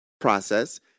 process